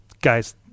Guys